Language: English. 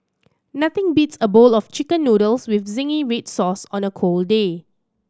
nothing beats a bowl of Chicken Noodles with zingy red sauce on a cold day